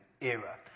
era